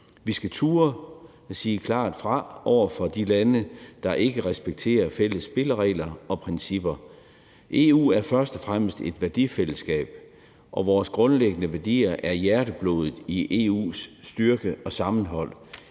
Vi skal turde at sige klart fra over for de lande, der ikke respekterer fælles spilleregler og principper. EU er først og fremmest et værdifællesskab, og vores grundlæggende værdier er hjerteblodet i EU's styrke og sammenhold.